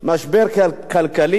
משבר כלכלי